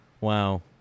Wow